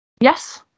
Yes